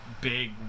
big